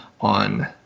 on